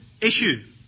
issue